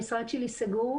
איזשהו סכום כסף,